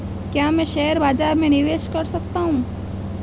क्या मैं शेयर बाज़ार में निवेश कर सकता हूँ?